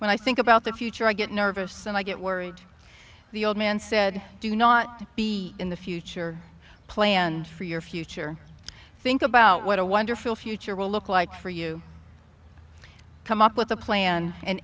when i think about the future i get nervous and i get worried the old man said do not be in the future planned for your future think about what a wonderful future will look like for you come up with a plan and